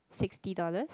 sixty dollars